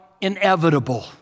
inevitable